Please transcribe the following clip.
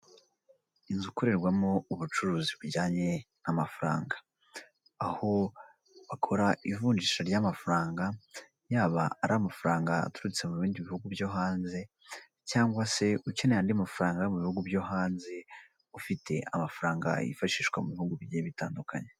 Inzu ikorerwamo ubucuruzi bujyanye n'amafaranga aho bakora ivunjisha ry'amafaranga yaba ari amafaranga aturutse mu bindi bihugu byo hanze cyangwa se ukeneye andi mafaranga yo mu bihugu byo hanze ufite amafaranga yifashishwa mu bihugu bigiye bitandukanye.